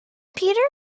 peter